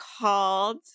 called